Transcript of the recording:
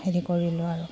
হেৰি কৰিলোঁ আৰু